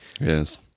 Yes